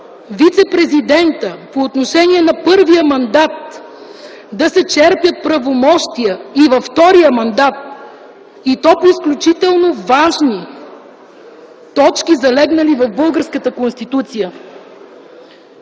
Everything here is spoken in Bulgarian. вицепрезидента по отношение на първия мандат, да се черпят правомощия и във втория мандат, и то по изключително важни точки, залегнали в българската Конституция.